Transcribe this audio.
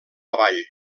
avall